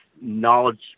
knowledge